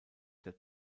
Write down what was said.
der